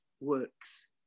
works